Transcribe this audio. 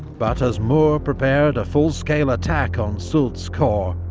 but as moore prepared a full-scale attack on soult's corps,